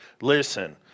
listen